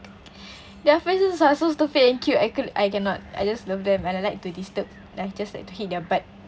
their faces are so stupid and cute I cou~ I cannot I just love them and I like to disturb like I just like to hit their butt